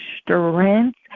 strength